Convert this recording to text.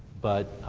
but